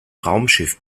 raumschiff